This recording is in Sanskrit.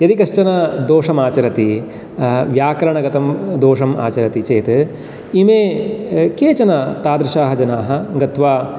यदि कश्चन दोषम् आचरति व्याकरणगतं दोषम् आचरति चेत् इमे केचन तादृशाः जनाः गत्वा